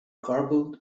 garbled